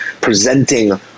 presenting